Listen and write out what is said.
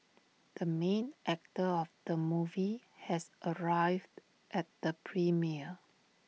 the main actor of the movie has arrived at the premiere